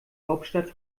hauptstadt